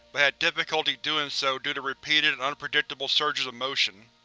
but had difficulty doing so due to repeated and unpredictable surges of motion.